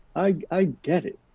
i get it,